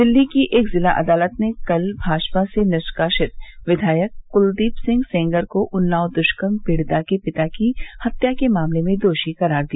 दिल्ली की एक जिला अदालत ने कल भाजपा से निष्कासित विधायक क्लदीप सिंह सेंगर को उन्नाव दृष्कर्म पीड़िता के पिता की हत्या के मामले में दोषी करार दिया